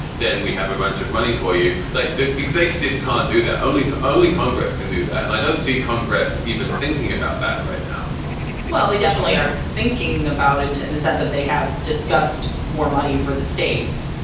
then we have a bunch of money for you that like the executive can't do, that only only congress can do that. and i don't see congress even thinking about that right now well, they definitely are thinking about into and the sense of they have discussed more money for the states.